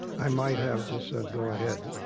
i might have just said, go ahead,